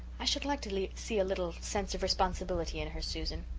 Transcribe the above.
i should like to like see a little sense of responsibility in her, susan.